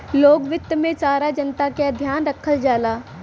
लोक वित्त में सारा जनता क ध्यान रखल जाला